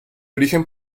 origen